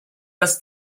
das